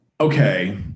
okay